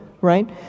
right